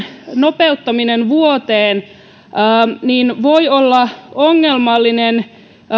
nopeuttaminen vuoteen voi olla ongelmallinen